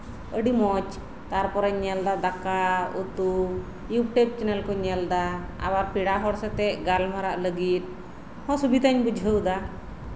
ᱟᱹᱰᱤ ᱢᱚᱡᱽ ᱛᱟᱨᱯᱚᱨᱮᱧ ᱧᱮᱞᱮᱫᱟ ᱫᱟᱠᱟᱼᱩᱛᱩ ᱤᱭᱩᱴᱩᱵ ᱪᱮᱱᱮᱞ ᱠᱩᱧ ᱧᱮᱞᱮᱫᱟ ᱟᱵᱟᱨ ᱯᱮᱲᱟ ᱦᱚᱲ ᱥᱟᱶᱛᱮ ᱜᱟᱞᱢᱟᱨᱟᱜ ᱞᱟᱹᱜᱤᱫ ᱦᱚᱸ ᱥᱩᱵᱤᱛᱟᱧ ᱵᱩᱡᱷᱟᱹᱣᱮᱫᱟ